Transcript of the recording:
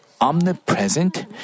omnipresent